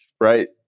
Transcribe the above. right